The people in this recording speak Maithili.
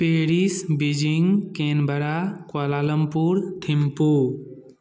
Paris Beijing Canberra Kuala Lumpur Thimphu